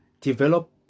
develop